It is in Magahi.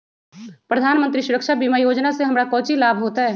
प्रधानमंत्री सुरक्षा बीमा योजना से हमरा कौचि लाभ होतय?